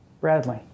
Bradley